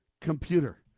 computer